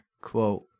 quote